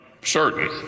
certain